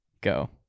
go